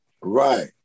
Right